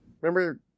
Remember